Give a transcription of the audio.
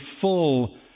full